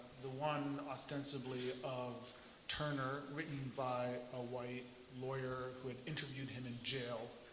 the one ostensibly of turner written by a white lawyer who had interviewed him in jail